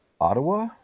Ottawa